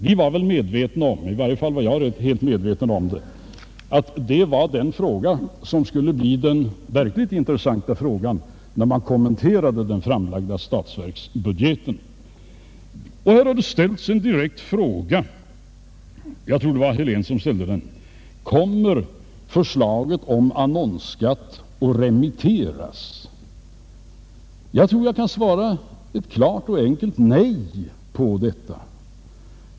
Vi var väl medvetna om — i varje fall var jag helt medveten därom — att det var den fråga, som skulle bli den verkligt intressanta när man kommenterade den framlagda statsverksbudgeten. Här har ställts en direkt fråga — jag tror att det var herr Helén som ställde den: Kommer förslaget om annonsskatt att remitteras? Jag tror att jag kan svara ett klart och enkelt nej på detta.